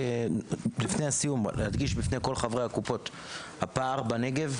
אני רוצה להדגיש בפני כל חברי הקופות שהפער בנגב,